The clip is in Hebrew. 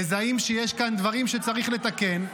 מזהים שיש כאן דברים שצריך לתקן,